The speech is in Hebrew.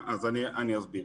אסביר.